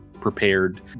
prepared